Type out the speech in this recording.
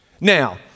Now